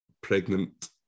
pregnant